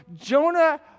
Jonah